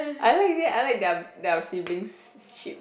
I like leh I like their their siblings-ship